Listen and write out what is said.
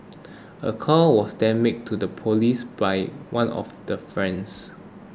a call was then made to the police by one of the friends